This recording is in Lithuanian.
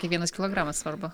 kiekvienas kilogramas svarbu